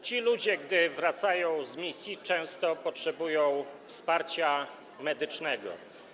Ci ludzie, gdy wracają z misji, często potrzebują wsparcia medycznego.